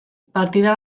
partida